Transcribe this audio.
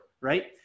right